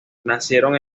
nacieron